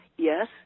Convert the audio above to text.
Yes